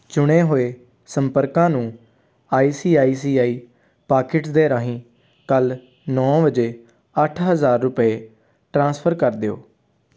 ਚੁਣੇ ਹੋਏ ਸੰਪਰਕਾਂ ਨੂੰ I C I C I pockets ਦੇ ਰਾਹੀਂ ਕੱਲ੍ਹ ਨੌਂ ਵਜੇ ਅੱਠ ਹਜ਼ਾਰ ਰੁਪਏ ਟ੍ਰਾਂਸਫਰ ਕਰ ਦਿਓ